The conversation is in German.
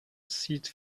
sieht